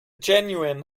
genuine